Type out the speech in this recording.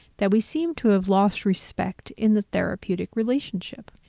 that we seem to have lost respect in the therapeutic relationship.